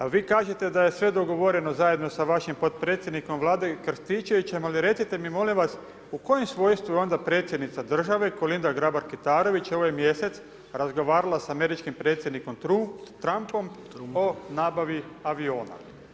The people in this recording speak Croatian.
Vi kažete da je sve dogovoreno zajedno s vašim potpredsjednikom vlade Krstičevićem, ali, recite mi molim vas, u kojem svojstvu je onda predsjednica države, Kolinda Grabar Kitarović ovaj mjesec razgovarala s američkom predsjednikom Trumpom, o nabavi aviona.